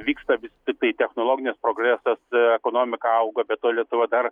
vyksta vis tiktai technologinis progresas ekonomika auga be to lietuva dar